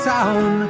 Town